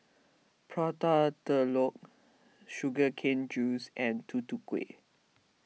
Prata Telur Sugar Cane Juice and Tutu Kueh